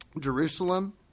Jerusalem